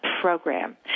program